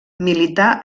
milità